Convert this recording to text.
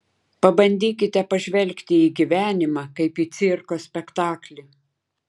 pabandykite pažvelgti į gyvenimą kaip į cirko spektaklį